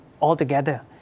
altogether